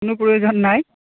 কোনো প্ৰয়োজন নাই